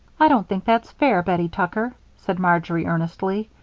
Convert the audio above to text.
i don't think that's fair, bettie tucker, said marjory, earnestly.